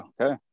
Okay